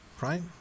right